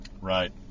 Right